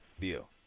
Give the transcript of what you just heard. Deal